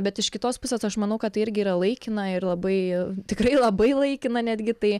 bet iš kitos pusės aš manau kad tai irgi yra laikina ir labai tikrai labai laikina netgi tai